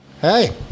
Hey